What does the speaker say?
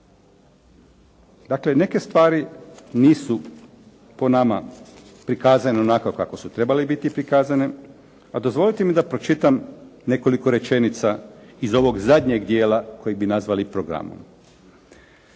Dakle, neke stvari nisu po nama prikazane onako kako su trebale biti prikazane, a dozvolite mi da pročitam nekoliko rečenica iz ovog zadnjeg dijela kojeg bi nazvali programom.